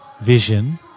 vision